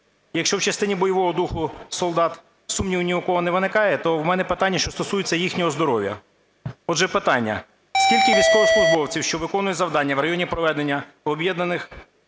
Якщо в частині бойового духу солдат сумнівів ні в кого не виникає, то у мене питання, що стосується їхнього здоров'я. Отже, питання. Скільки військовослужбовців, що виконують завдання в районі проведення операції